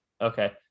okay